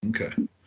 Okay